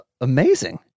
amazing